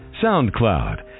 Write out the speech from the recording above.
SoundCloud